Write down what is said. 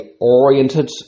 oriented